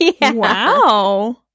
Wow